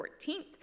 14th